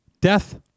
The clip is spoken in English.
death